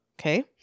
okay